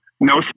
No